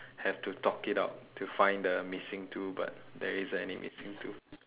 have to talk it out to find the missing two but there isn't any missing two